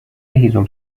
هیزم